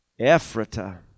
Ephrata